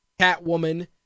catwoman